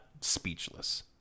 speechless